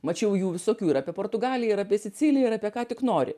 mačiau jų visokių ir apie portugaliją ir apie siciliją ir apie ką tik nori